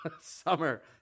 summer